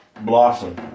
blossom